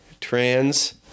trans